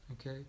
okay